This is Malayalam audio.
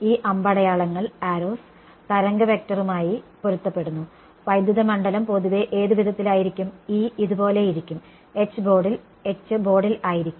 ഈ അമ്പടയാളങ്ങൾ തരംഗ വെക്റ്ററുമായി പൊരുത്തപ്പെടുന്നു വൈദ്യുത മണ്ഡലം പൊതുവെ ഏത് വിധത്തിലായിരിക്കും E ഇതുപോലെയായിരിക്കും H ബോർഡിൽ ആയിരിക്കും